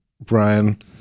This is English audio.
Brian